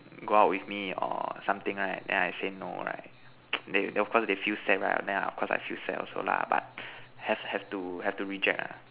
go out with me or something right then I say no right they of course they feel sad right then of course I feel sad also lah but have have to have to reject ah